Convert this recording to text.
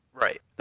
Right